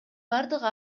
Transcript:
бардыгы